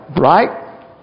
right